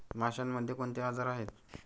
माशांमध्ये कोणते आजार आहेत?